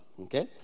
okay